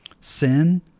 sin